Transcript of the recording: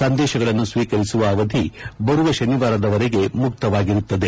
ಸಂದೇಶಗಳನ್ನು ಸ್ವೀಕರಿಸುವ ಅವಧಿ ಬರುವ ಶನಿವಾರದವರೆಗೆ ಮುಕ್ತವಾಗಿರುತ್ತದೆ